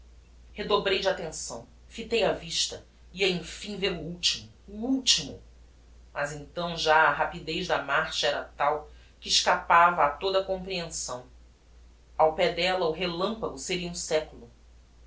redobrei de attenção fitei a vista ia emfim ver o ultimo o ultimo mas então já a rapidez da marcha era tal que escapava a toda a comprehensão ao pé della o relampago seria um seculo